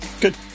good